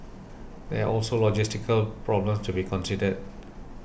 there are also logistical problems to be considered